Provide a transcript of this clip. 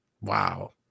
Wow